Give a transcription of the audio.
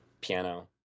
piano